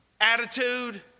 attitude